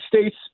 States